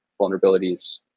vulnerabilities